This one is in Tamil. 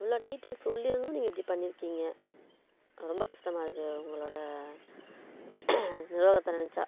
இவ்வளோ டீடைல் சொல்லி இருந்தும் நீங்கள் இப்படி பண்ணிருக்கீங்க ரொம்ப கஷ்டமாக இருக்குது உங்களோட நிர்வாகத்தை நினைச்சா